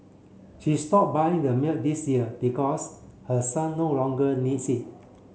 she stop buying the milk this year because her son no longer needs it